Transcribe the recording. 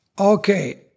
Okay